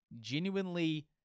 genuinely